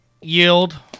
Yield